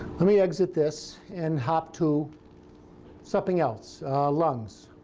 let me exit this and hop to something else lungs,